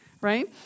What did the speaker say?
right